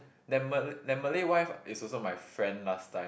that Malay that Malay wife is also my friend last time